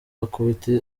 ukubita